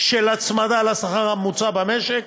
של הצמדה לשכר הממוצע במשק